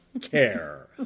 care